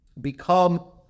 become